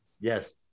Yes